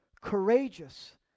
courageous